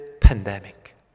pandemic